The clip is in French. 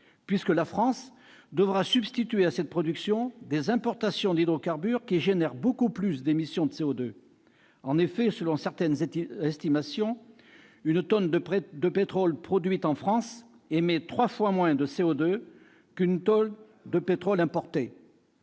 puisque la France devra substituer à cette production des importations d'hydrocarbures, qui génèrent beaucoup plus d'émissions de C02. En effet, selon certaines estimations, une tonne de pétrole produite en France émet trois fois moins de C02 qu'une tonne de pétrole importée.